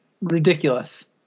Ridiculous